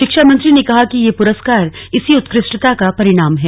शिक्षा मंत्री ने कहा कि यह पुरस्कार इसी उत्कृष्टता का परिणाम है